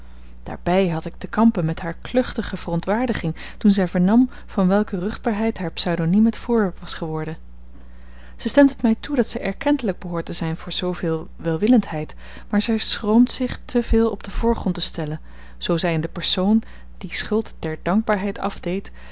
daarbij had ik te kampen met hare kluchtige verontwaardiging toen zij vernam van welke ruchtbaarheid haar pseudoniem het voorwerp was geworden zij stemt het mij toe dat zij erkentelijk behoort te zijn voor zooveel welwillendheid maar zij schroomt zich te veel op den voorgrond te stellen zoo zij in persoon die schuld der dankbaarheid afdeed